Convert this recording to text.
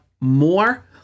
more